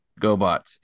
Gobots